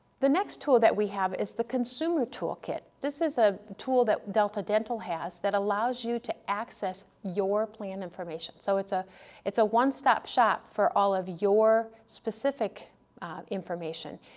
the next tool that we have is the consumer toolkit, this is a tool that delta dental has that allows you to access your plan information, so it's ah it's a one-stop shop for all of your specific information.